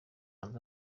hanze